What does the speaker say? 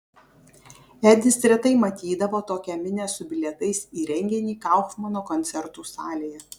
edis retai matydavo tokią minią su bilietais į renginį kaufmano koncertų salėje